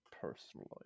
personally